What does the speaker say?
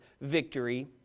victory